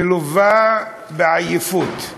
מלווה בעייפות,